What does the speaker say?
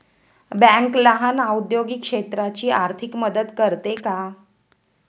Bank लहान औद्योगिक क्षेत्राची आर्थिक मदत करते का?